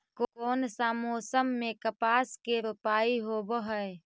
कोन सा मोसम मे कपास के रोपाई होबहय?